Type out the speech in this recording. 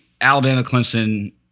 Alabama-Clemson